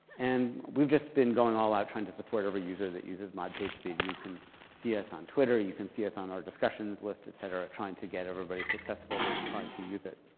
and we've just been going all out trying to support every user that uses mod pagespeed. you can see us on twitter, you can see us on our discussions list, et cetera, trying to get everybody successful that's trying to use it.